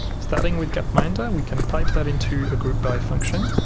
starting with gapminder, we can pipe that into a group by function